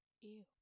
Ew